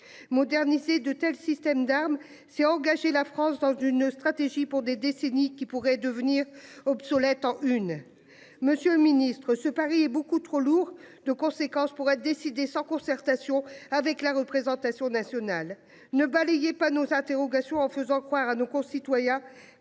Moderniser de tels systèmes d'armes, c'est engager la France dans une stratégie pour des décennies qui pourrait devenir obsolètes en une. Monsieur le Ministre, ce pari est beaucoup trop lourd de conséquences pour être décidée sans concertation avec la représentation nationale ne balayez pas nos interrogations en faisant croire à nos concitoyens